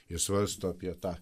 jie svarsto apie tą